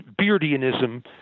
beardianism